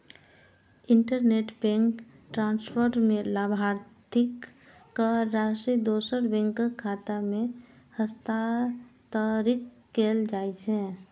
interbank transfer मे लाभार्थीक राशि दोसर बैंकक खाता मे हस्तांतरित कैल जाइ छै